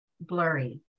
blurry